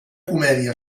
comèdia